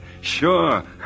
Sure